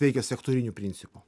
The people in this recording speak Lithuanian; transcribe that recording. veikia sektoriniu principu